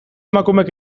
emakumeek